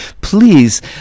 please